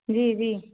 जी जी